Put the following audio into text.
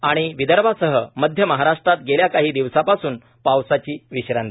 आणि विदर्भासह मध्य महाराष्ट्रात गेल्या काही दिवसापासून पावसाची विश्रांती